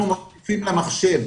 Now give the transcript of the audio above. אנחנו מוסיפים למחשב